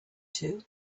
two